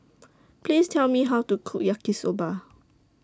Please Tell Me How to Cook Yaki Soba